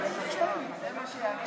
לא היה לה מיקרופון?